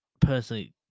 personally